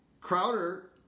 Crowder